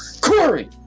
Corey